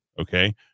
okay